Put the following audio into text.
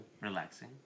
relaxing